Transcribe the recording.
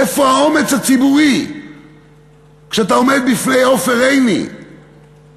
איפה האומץ הציבורי כשאתה עומד בפני עופר עיני ומציג